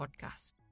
podcast